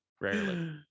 rarely